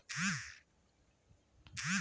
किसान गाय भइस के गोबर से भी खाद बनावलन